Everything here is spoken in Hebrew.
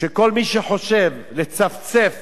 שכל מי שחושב לצפצף